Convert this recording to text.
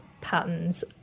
patterns